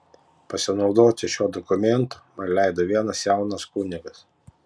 pasinaudoti šiuo dokumentu man leido vienas jaunas kunigas